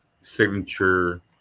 signature